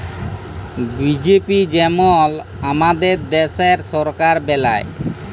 BJP যেমল আমাদের দ্যাশের সরকার বেলায়